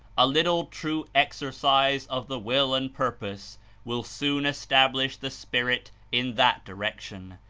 a little true exercise of the will and purpose will soon establish the spirit in that direction,